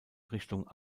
richtung